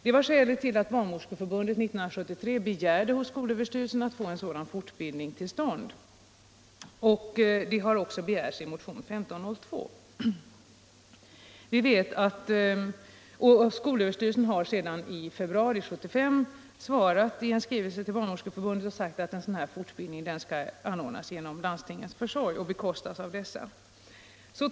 Det var skälet till att Barnmorskeförbundet 1973 begärde hos skolöverstyrelsen att få en fortbildning till stånd, och det har också begärts i motionen 1502. Skolöverstyrelsen har sedan, i februari 1975, svarat i en skrivelse till Barnmorskeförbundet att en fortbildning skall anordnas genom landstingens försorg och bekostas av dessa.